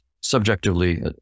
subjectively